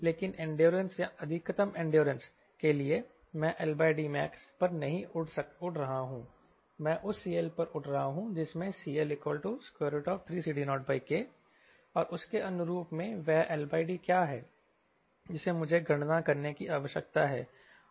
लेकिन इंड्योरेंस या अधिकतम इंड्योरेंस के लिए मैं LDmax पर नहीं उड़ रहा हूं मैं उस CL पर उड़ रहा हूं जिसमें CL3CD0K और उसके अनुरूप में वह LD क्या है जिसे मुझे गणना करने की आवश्यकता है